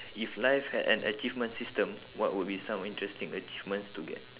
if life had an achievement system what would be some interesting achievements to get